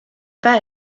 pas